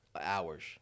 Hours